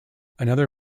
another